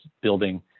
building